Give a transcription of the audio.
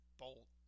bolt